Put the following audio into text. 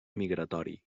migratori